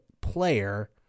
player